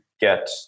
get